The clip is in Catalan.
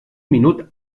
minut